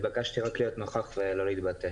הלכנו למסלול של המדען הראשי ולא הצלחנו שם,